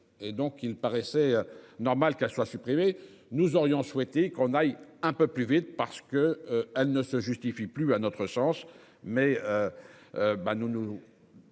Et donc, il paraissait normal qu'elle soit supprimée. Nous aurions souhaité qu'on aille un peu plus vite parce que elle ne se justifie plus à notre sens